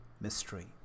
Mystery